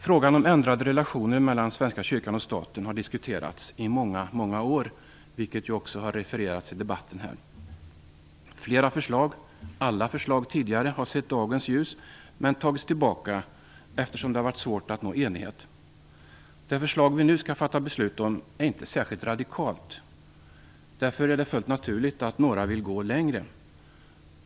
Frågan om ändrade relationer mellan Svenska kyrkan och staten har diskuterats i många år, vilket också har refererats i debatten här. Alla förslag som tidigare har sett dagens ljus har tagits tillbaka, eftersom det har varit svårt att nå enighet. Det förslag vi nu skall fatta beslut om är inte särskilt radikalt. Därför är det fullt naturligt att några vill gå längre.